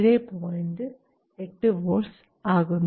8 volts ആകുന്നു